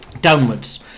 downwards